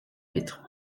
vitre